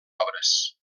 obres